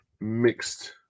mixed